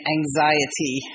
Anxiety